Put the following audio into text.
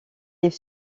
est